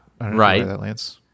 Right